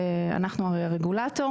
אנחנו הרי הרגולטור,